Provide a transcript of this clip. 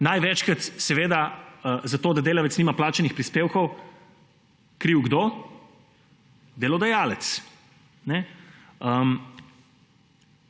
največkrat za to, da delavec nima plačanih prispevkov, kriv – kdo? Delodajalec.